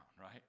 right